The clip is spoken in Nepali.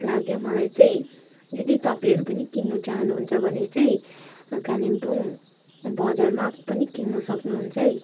लाग्यो मलाई चाहिँ यदि तपाईँहरू पनि किन्न चाहानुहुन्छ भने चाहिँ कालिम्पोङ बजारमा पनि किन्न सक्नु हुन्छ है